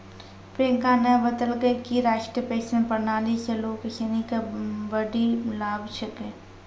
प्रियंका न बतेलकै कि राष्ट्रीय पेंशन प्रणाली स लोग सिनी के बड्डी लाभ छेकै